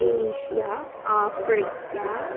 Asia Africa